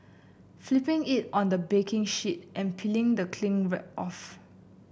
flipping it on the baking sheet and peeling the cling wrap off